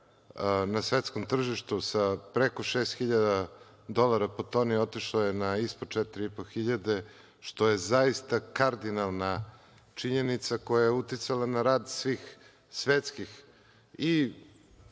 na svetskom tržištu sa preko šest hiljada dolara po toni otišlo je na ispod četiri i po hiljade, što je zaista kardinalna činjenica koja je uticala na rad svih svetskih